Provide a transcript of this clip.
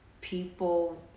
people